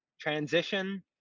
Transition